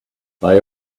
they